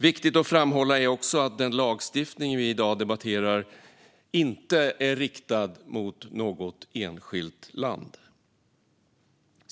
Viktigt att framhålla är också att den lagstiftning vi i dag debatterar inte är riktad mot något enskilt land.